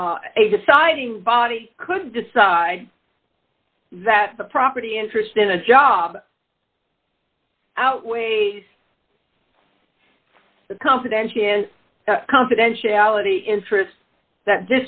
a deciding body could decide that the property interest in a job outweighs the confidentiality confidentiality interest that